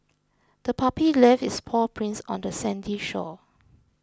the puppy left its paw prints on the sandy shore